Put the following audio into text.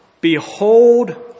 Behold